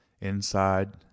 inside